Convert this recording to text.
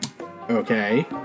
Okay